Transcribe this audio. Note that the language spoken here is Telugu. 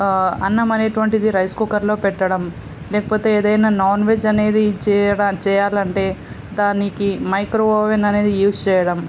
అన్నం అనేటువంటిది రైస్ కుక్కర్లో పెట్టడం లేకపోతే ఏదైనా నాన్ వెజ్ అనేది చేయడ చేయాలంటే దానికి మైక్రో ఓవెన్ అనేది యూజ్ చేయడం